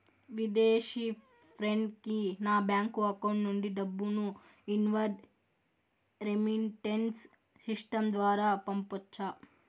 విదేశీ ఫ్రెండ్ కి నా బ్యాంకు అకౌంట్ నుండి డబ్బును ఇన్వార్డ్ రెమిట్టెన్స్ సిస్టం ద్వారా పంపొచ్చా?